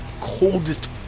coldest